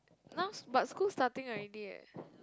now s~ but school starting already eh